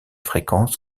fréquence